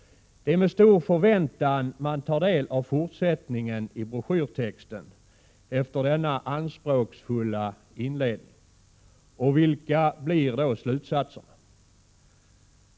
Det är med stora förväntan man tar del av fortsättningen i broschyrtexten efter denna anspråksfulla inledning. Och vilka blir då slutsatserna?